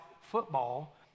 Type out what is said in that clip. football